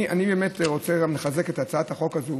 אני באמת רוצה גם לחזק את הצעת החוק הזאת